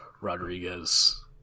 Rodriguez